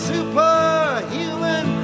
Superhuman